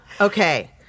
okay